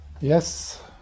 yes